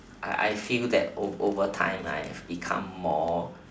I I feel that over time I've become more